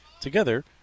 Together